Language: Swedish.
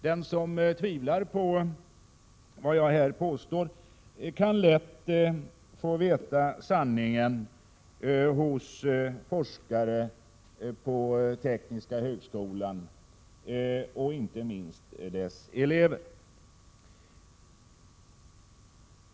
Den som tvivlar på vad jag här påstår kan lätt få veta sanningen av forskare och inte minst av elever vid tekniska högskolan.